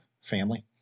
family